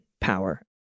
power